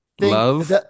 love